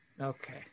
Okay